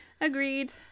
agreed